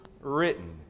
written